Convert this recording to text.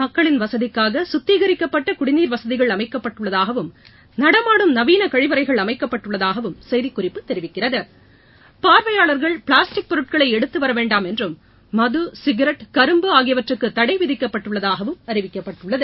மக்களின் வசதிக்காக சுத்திகரிக்கப்பட்ட குடிநீர் வசதிகள் அமைக்கப்பட்டுள்ளதாகவும் நடமாடும் நவீன கழிவறைகள் அமைக்கப்பட்டுள்ளதாகவும் செய்திக்குறிப்பு தெரிவிக்கிறது பார்வையாளர்கள் பிளாஸ்டிக் பொருட்களை எடுத்து வரவேண்டாம் என்றும் மது சிகரெட் கரும்பு ஆகியவற்றுக்கு தடை விதிக்கப்பட்டுள்ளதாகவும் அறிவிக்கப்பட்டுள்ளது